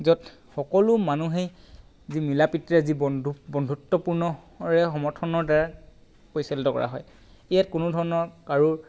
য'ত সকলো মানুহে যি মিলা প্ৰীতিৰে যি বন্ধু বন্ধুত্বপূৰ্ণৰে সমৰ্থনৰ দ্বাৰা পৰিচালিত কৰা হয় ইয়াত কোনো ধৰণৰ কাৰো